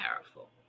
powerful